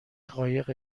قایق